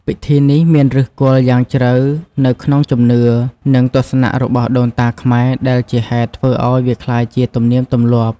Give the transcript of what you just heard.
ពិធីនេះមានឫសគល់យ៉ាងជ្រៅនៅក្នុងជំនឿ និងទស្សនៈរបស់ដូនតាខ្មែរ ដែលជាហេតុធ្វើឲ្យវាក្លាយជាទំនៀមទម្លាប់។